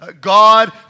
God